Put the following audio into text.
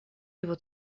его